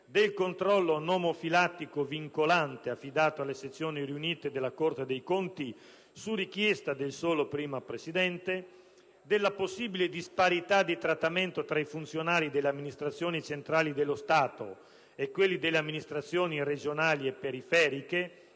del controllo nomofilattico vincolante affidato alle sezioni riunite della Corte dei conti su richiesta del primo Presidente (...), della possibile disparità di trattamento tra i funzionari delle amministrazioni centrali dello Stato e quelli delle amministrazioni regionali e periferiche